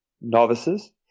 novices